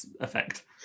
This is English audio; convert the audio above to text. effect